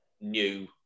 new